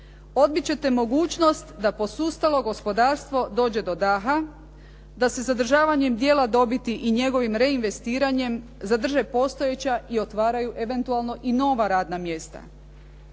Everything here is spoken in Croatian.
Odbit ćete mogućnost da posustalo gospodarstvo dođe do daha, da se zadržavanjem dijela dobiti i njegovim reinvestiranjem zadrže postojeća i otvaraju eventualno i nova radna mjesta.